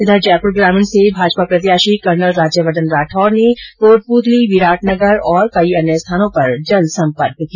उधर जयपूर ग्रामीण भाजपा प्रत्याशी कर्नल राज्यवर्द्वन राठौड ने कोटपूतली विराटनगर और कई अन्य स्थानों पर जनसंपर्क किया